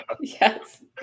Yes